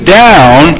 down